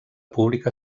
pública